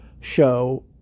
show